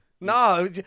No